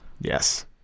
yes